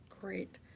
Great